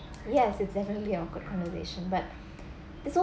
yes it's definitely awkward conversation but it's also